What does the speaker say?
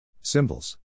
Symbols